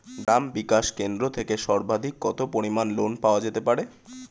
গ্রাম বিকাশ কেন্দ্র থেকে সর্বাধিক কত পরিমান লোন পাওয়া যেতে পারে?